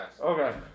Okay